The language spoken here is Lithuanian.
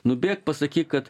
nubėk pasakyk kad